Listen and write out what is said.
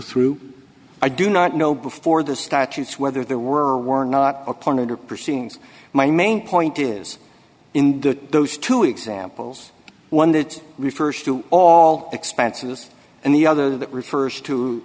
through i do not know before the statutes whether there were were not appointed or proceedings my main point is in the those two examples one that refers to all expenses and the other that refers to